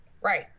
Right